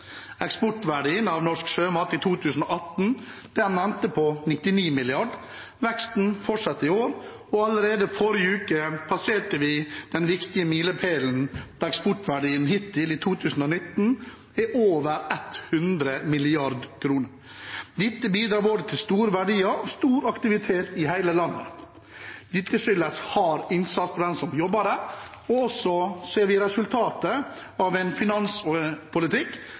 Eksportverdien av norsk sjømat i 2018 endte på 99 mrd. kr. Veksten fortsetter i år, og allerede i forrige uke passerte vi en viktig milepæl ved at eksportverdien hittil i 2019 er på over 100 mrd. kr. Dette bidrar til både store verdier og stor aktivitet i hele landet. Det skyldes hard innsats fra dem som jobber i næringen. Vi ser også resultatet av en finanspolitikk